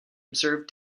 observed